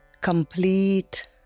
Complete